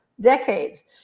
decades